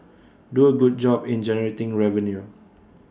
do A good job in generating revenue